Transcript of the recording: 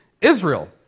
Israel